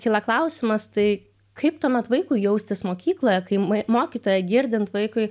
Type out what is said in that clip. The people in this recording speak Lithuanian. kyla klausimas tai kaip tuomet vaikui jaustis mokykloje kai mai mokytoja girdint vaikui